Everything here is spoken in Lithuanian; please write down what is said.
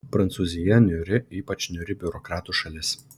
prancūzija niūri ypač niūri biurokratų šalis